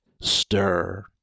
stir